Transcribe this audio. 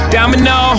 Domino